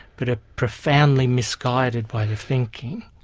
but a profoundly misguided way of thinking.